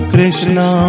Krishna